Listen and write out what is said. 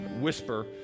whisper